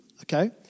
okay